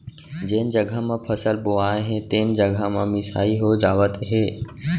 जेन जघा म फसल बोवाए हे तेने जघा म मिसाई हो जावत हे